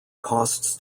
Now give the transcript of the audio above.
costs